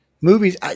Movies